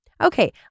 Okay